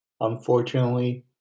unfortunately